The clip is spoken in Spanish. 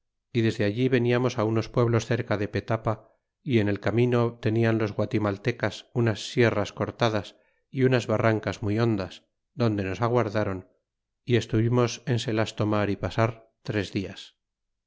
y desde allí veniamos á unos pueblos cerca de petapa y en el camino tenian los guatimaltecas unas sierras cortadas y unas barrancas muy hondas donde nos aguardron y estuvimos en se las tomar y pasar tres dias